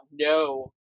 no